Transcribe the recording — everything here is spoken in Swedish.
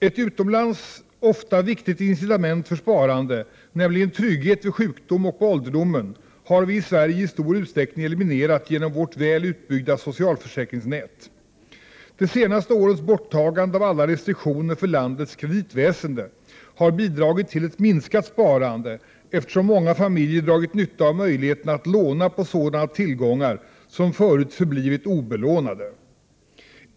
Ett utomlands ofta viktigt incitament för sparande — nämligen trygghet vid sjukdom och på ålderdomen — har vi i Sverige i stor utsträckning eliminerat genom vårt väl utbyggda socialförsäkringsnät. De senaste årens borttagande av alla restriktioner för landets kreditväsende har bidragit till ett minskat sparande, eftersom många familjer dragit nytta av möjligheten att låna på sådana tillgångar som förut förblivit obelånade.